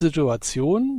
situation